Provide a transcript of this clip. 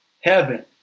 heaven